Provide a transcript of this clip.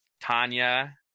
Tanya